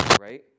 Right